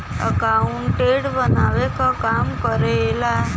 accountant बनावे क काम करेला